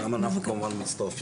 אז גם אנחנו כמובן מצטרפים,